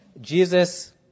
Jesus